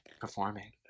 Performing